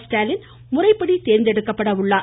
ஸ்டாலின் முறைப்படி தோ்ந்தெடுக்கப்பட உள்ளார்